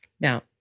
Now